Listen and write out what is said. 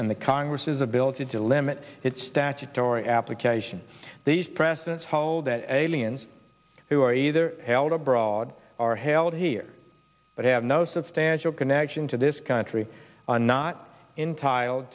and the congress's ability to limit its statutory application these precedents hold that aliens who are either held abroad are held here but have no substantial connection to this country are not in tile